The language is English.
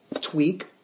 tweak